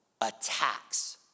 attacks